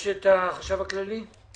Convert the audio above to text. יש את החשב הכללי?